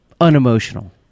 unemotional